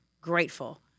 grateful